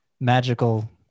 magical